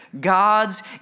God's